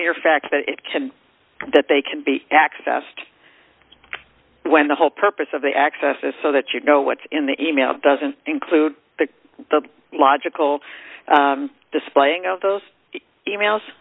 mere fact that it can that they can be accessed when the whole purpose of the access is so that you know what's in the email doesn't include the logical displaying of those emails